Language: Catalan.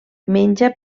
menja